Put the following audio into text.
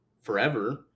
forever